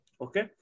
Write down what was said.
Okay